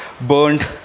burned